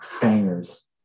bangers